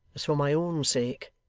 as for my own sake.